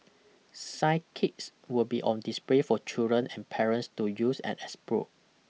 science kits will be on display for children and parents to use and explore